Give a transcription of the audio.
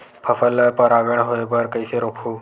फसल ल परागण होय बर कइसे रोकहु?